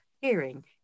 hearing